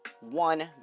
one